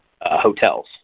hotels